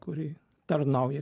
kuri tarnauja